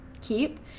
keep